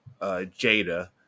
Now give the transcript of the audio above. Jada